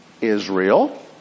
Israel